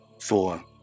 Four